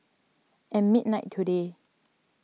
at midnight today